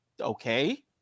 Okay